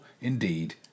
indeed